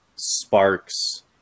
sparks